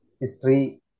history